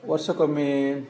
ವರ್ಷಕೊಮ್ಮೆ